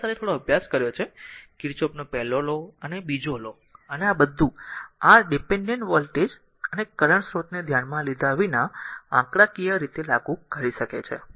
તેથી આ સાથે થોડો અભ્યાસ કર્યો છે કિર્ચહોફનો પહેલો લો અને બીજો લો અને આ બધું r ડીપેન્ડેન્ટ વોલ્ટેજ અને કરંટ સ્રોતને ધ્યાનમાં લીધા વિના આંકડાકીય r લાગુ કરી શકે છે